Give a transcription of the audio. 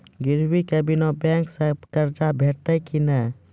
गिरवी के बिना बैंक सऽ कर्ज भेटतै की नै?